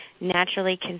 naturally